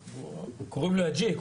להתייחס.